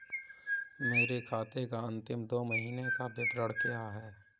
मेरे खाते का अंतिम दो महीने का विवरण क्या है?